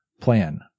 plan